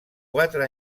quatre